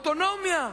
אוטונומיה.